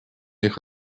них